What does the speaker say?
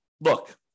look